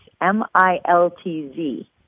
M-I-L-T-Z